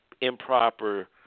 improper